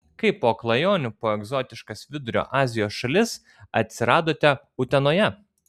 kaip po klajonių po egzotiškas vidurio azijos šalis atsiradote utenoje